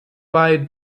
bei